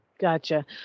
Gotcha